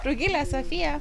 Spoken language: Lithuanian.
rugile sofija